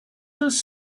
does